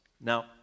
Now